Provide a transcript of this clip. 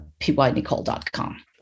pynicole.com